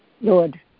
Lord